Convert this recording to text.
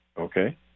Okay